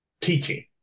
teaching